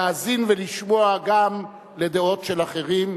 להאזין ולשמוע גם דעות של אחרים,